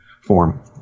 form